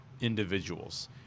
individuals